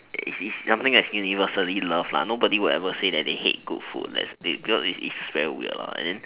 is is something that is universally loved nobody will ever say that they hate good food because it's very weird and then